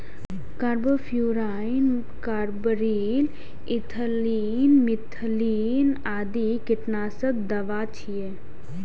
carbofuran, carbaryl, ethylene, methylene आदि कीटनाशक दवा छियै